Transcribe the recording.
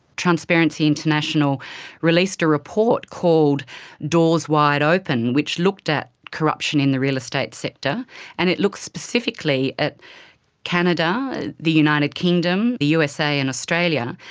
transparency international released a report called doors wide open, which looked at corruption in the real estate sector and it looks specifically at canada, the united kingdom, the usa and australia.